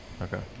Okay